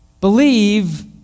believe